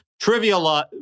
trivial